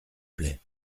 plait